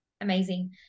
amazing